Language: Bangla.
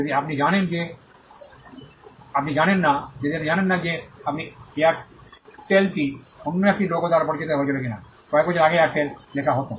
যদি আপনি জানেন না যে আপনি এয়ারটেলটি অন্য একটি লোগো দ্বারা পরিচিত হয়েছিলেন কিনা কয়েক বছর আগে এয়ারটেল লেখা হত